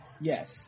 Yes